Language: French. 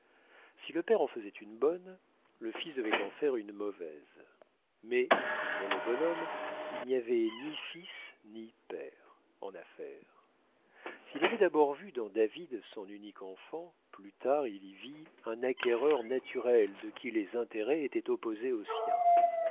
si le père en faisait une bonne le fils devait en faire une mauvaise mais pour le bonhomme il n'y avait ni fils ni père en affaire s'il avait d'abord vu dans david son unique enfant plus tard il y vit un acquéreur naturel de qui les intérêts étaient opposés aux siens